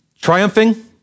triumphing